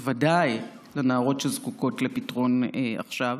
בוודאי לנערות שזקוקות לפתרון עכשיו,